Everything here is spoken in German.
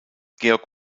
georg